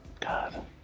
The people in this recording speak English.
God